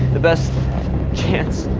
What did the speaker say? the best chance.